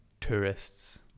tourists